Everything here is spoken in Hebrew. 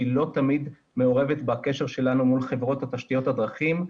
שהיא לא תמיד מעורבת בקשר שלנו מול חברות תשתיות הדרכים,